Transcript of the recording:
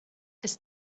ist